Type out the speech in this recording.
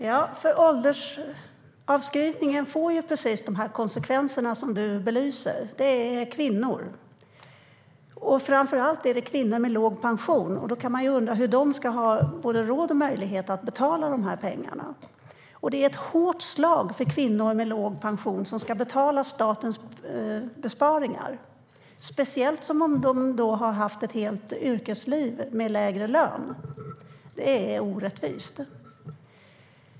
Herr talman! Åldersavskrivningen får precis de konsekvenser som du nu belyser, Christer Nylander. Det är kvinnor som drabbas, framför allt kvinnor med låg pension. Då kan man undra hur de ska ha råd och möjlighet att betala. Det är ett hårt slag för kvinnor med låg pension, som ska betala statens besparingar, speciellt som de har haft ett helt yrkesliv med lägre lön. Det är orättvist.